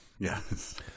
Yes